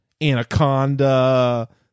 Anaconda